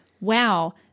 Wow